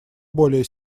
более